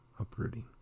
uprooting